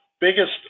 biggest